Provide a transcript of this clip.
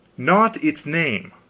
not its name.